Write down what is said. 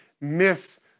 miss